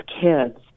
kids